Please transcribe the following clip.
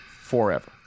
Forever